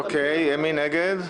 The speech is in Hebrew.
מי נגד?